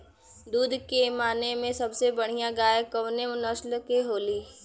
दुध के माने मे सबसे बढ़ियां गाय कवने नस्ल के होली?